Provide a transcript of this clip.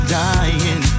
dying